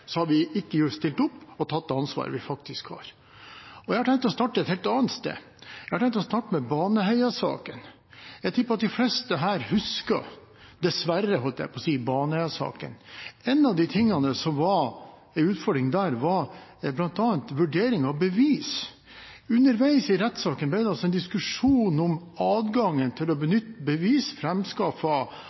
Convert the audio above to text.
ansvaret vi faktisk har. Jeg har tenkt å starte et helt annet sted. Jeg har tenkt å starte med Baneheia-saken. Jeg tipper at de fleste her husker – dessverre, holdt jeg på å si – Baneheia-saken. En av de tingene som var en utfordring der, var bl.a. vurderingen av bevis. Underveis i rettssaken ble det en diskusjon om adgangen til å benytte bevis